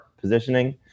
positioning